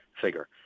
figure